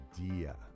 idea